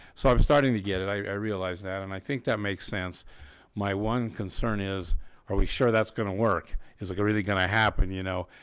so i'm starting to get it. i realized that and i think that makes sense my one concern is are we sure that's gonna work it's like a really gonna happen, you know,